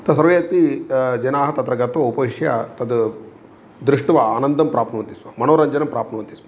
तत्र सर्वे अपि जनाः तत्र गत्वा उपविश्य तद् दृष्ट्वा आनन्दं प्राप्नुवन्ति स्म मणोरञ्जनं प्राप्नुवन्ति स्म